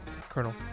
Colonel